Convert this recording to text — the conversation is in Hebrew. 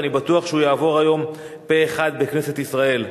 ואני בטוח שהוא יעבור היום פה-אחד בכנסת ישראל.